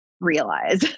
Realize